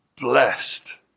blessed